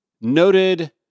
noted